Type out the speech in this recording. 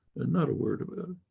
and not a word about